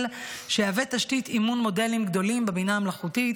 שיהווה תשתית אימון מודלים גדולים בבינה המלאכותית,